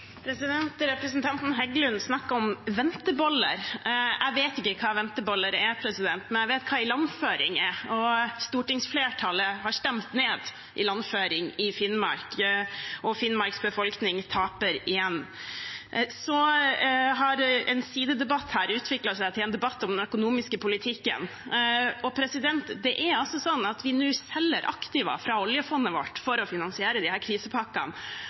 Representanten Heggelund snakket om venteboller. Jeg vet ikke hva venteboller er, men jeg vet hva ilandføring er, og stortingsflertallet har stemt ned ilandføring i Finnmark, og Finnmarks befolkning taper igjen. Så har en sidedebatt her utviklet seg til en debatt om den økonomiske politikken. Det er altså sånn at vi nå selger aktiva fra oljefondet vårt for å finansiere disse krisepakkene, aktiva som vi ville hatt større avkastning på hvis de